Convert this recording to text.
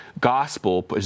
gospel